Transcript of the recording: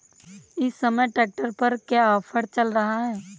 इस समय ट्रैक्टर पर क्या ऑफर चल रहा है?